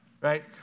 right